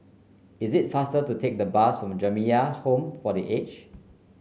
it is faster to take the bus to Jamiyah Home for The Aged